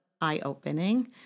eye-opening